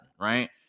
right